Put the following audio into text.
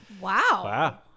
Wow